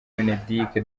mineduc